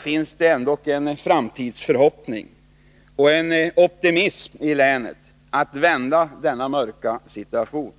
finns det ändock en framtidsförhoppning och en optimism i länet att kunna vända denna mörka situation.